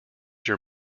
your